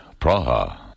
Praha